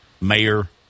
Mayor